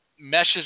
meshes